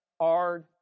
hard